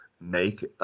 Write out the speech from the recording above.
make